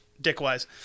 dick-wise